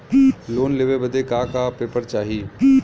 Loan लेवे बदे का का पेपर चाही?